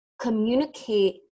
communicate